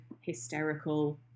hysterical